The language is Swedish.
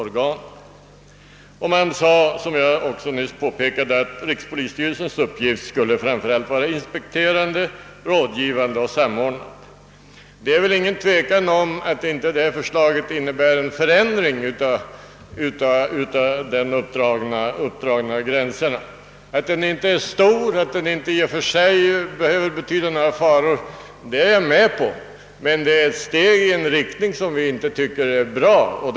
Man betonade också, som jag nyss påpekade, att rikspolisstyrelsens uppgift framför allt skulle vara inspirerande, rådgivande och samordnande. Det är inte fråga om annat än att det föreliggande förslaget medför en förändring av de uppdragna gränserna. Att denna förändring inte är stor och att den inte i och för sig behöver medföra några faror är jag på det klara med, men åtgärden innebär ett steg i en riktning som vi finner betänklig.